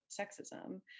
sexism